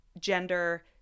gender